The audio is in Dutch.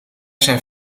zijn